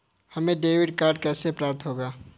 हमें debit card कैसे प्राप्त होगा?